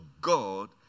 God